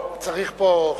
צריך פה 50?